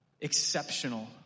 exceptional